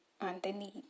underneath